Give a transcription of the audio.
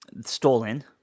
stolen